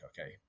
okay